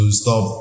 stop